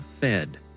Fed